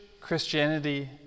Christianity